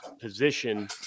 position